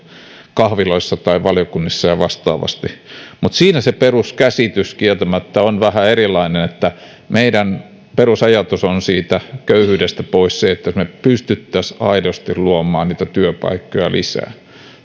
kahviloissa tai valiokunnissa ja vastaavasti siinä se peruskäsitys kieltämättä on vähän erilainen että meidän perusajatuksemme liittyen siihen kuinka päästään siitä köyhyydestä pois on se että me pystyisimme aidosti luomaan työpaikkoja lisää